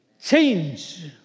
Change